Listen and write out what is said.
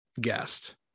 guest